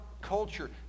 culture